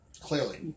Clearly